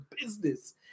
business